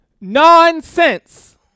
Nonsense